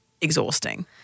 exhausting